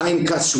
חיים כץ,